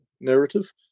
narrative